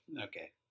Okay